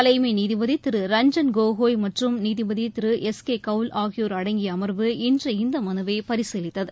தலைமை நீதிபதி திரு ரஞ்சன் கோகோய் மற்றும் நீதிபதி திரு எஸ் கே கௌல் ஆகியோர் அடங்கி அமர்வு இன்று இந்த மனுவை பரிசீலித்தது